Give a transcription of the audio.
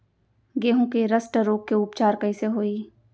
गेहूँ के रस्ट रोग के उपचार कइसे होही?